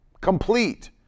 complete